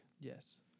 yes